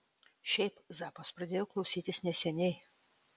šiaip zappos pradėjau klausytis neseniai